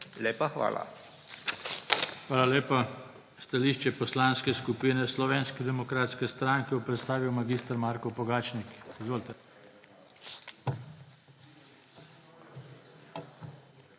JOŽE TANKO: Hvala lepa. Stališče Poslanske skupine Slovenske demokratske stranke bo predstavil mag. Marko Pogačnik. Izvolite.